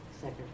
Second